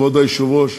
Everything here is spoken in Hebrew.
כבוד היושב-ראש?